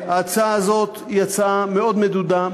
ההצעה הזאת היא הצעה מאוד מדודה,